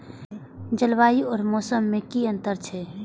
जलवायु और मौसम में कि अंतर छै?